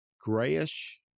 grayish